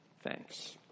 thanks